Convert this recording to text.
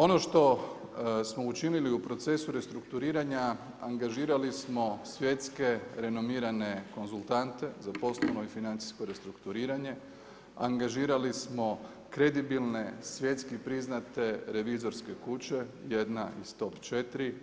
Ono što smo učinili u procesu restrukturiranja, angažirali smo svjetske renomirane konzultante za poslovno i financijsko restrukturiranje, angažirali smo kredibilne svjetski priznate revizorske kuće, jedna iz top četiri,